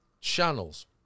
channels